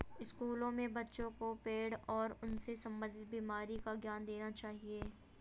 स्कूलों में बच्चों को पेड़ और उनसे संबंधित बीमारी का ज्ञान देना चाहिए